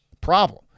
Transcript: problem